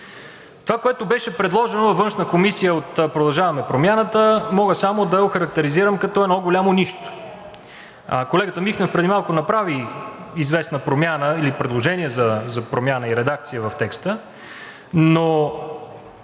Това, което беше предложено във Външната комисия от „Продължаваме Промяната“, само мога да охарактеризирам като едно голямо нищо. Колегата Михнев преди малко направи известна промяна или предложение за промяна и редакция в текста, но